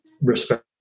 respect